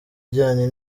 ijyanye